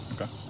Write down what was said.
Okay